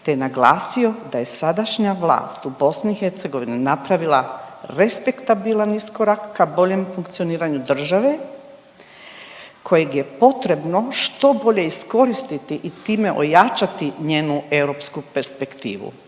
te naglasio da je sadašnja vlast u BiH napravila respektabilan iskorak ka boljem funkcioniranju države kojeg je potrebno što bolje iskoristiti i time ojačati njenu europsku perspektivu.